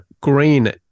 Green